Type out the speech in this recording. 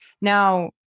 Now-